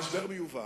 המשבר מיובא,